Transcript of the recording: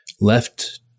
left